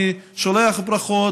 אני שולח ברכות.